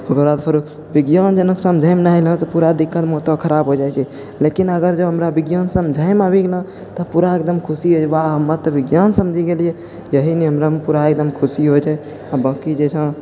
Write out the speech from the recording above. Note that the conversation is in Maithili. ओकरबाद फेरो विज्ञान जेना समझैमे नहि अएलऽ तऽ पूरा दिक्कत माथो खराब हो जाइ छै लेकिन अगर जँ हमरा विज्ञान समझैमे आबि गेलऽ तऽ पूरा एकदम खुशी होइ छै वाह हमरा तऽ विज्ञान समझि गेलिए इएह ने हमरा पूरा एकदम खुशी होइ छै आओर बाकी जइसँ